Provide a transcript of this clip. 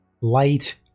light